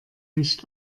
nicht